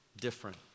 different